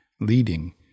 leading